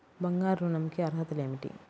బంగారు ఋణం కి అర్హతలు ఏమిటీ?